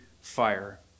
fire